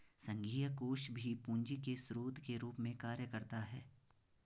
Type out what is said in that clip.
संघीय कोष भी पूंजी के स्रोत के रूप में कार्य करता है